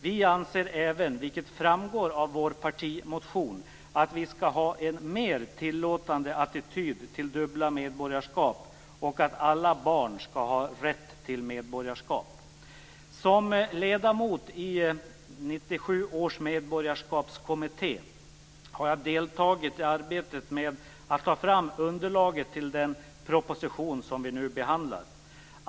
Vi anser även - vilket framgår av vår partimotion - att vi skall ha en mer tillåtande attityd till dubbla medborgarskap och att alla barn skall ha rätt till medborgarskap. Som ledamot i 1997 års medborgarskapskommitté har jag deltagit i arbetet med att ta fram underlaget till den proposition vi nu behandlar.